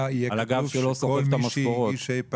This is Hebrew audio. יהיה כתוב שמי שהגיש אי פעם?